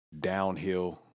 downhill